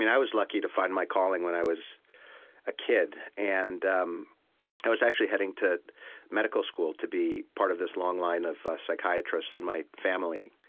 and i was lucky to find my calling when i was a kid. and um i was actually heading to medical school to be part of this long line of psychiatrists in my family.